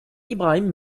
ibrahim